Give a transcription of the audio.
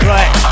Right